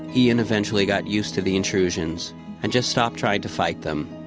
ian eventually got used to the intrusions and just stopped trying to fight them.